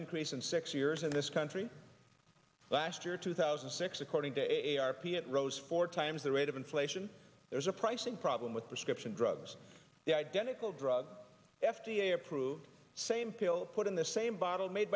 increase in six years in this country last year two thousand and six according to a r p it rose four times the rate of inflation there's a pricing problem with prescription drugs the identical drug f d a approved same pill put in the same bottle made